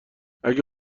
اگه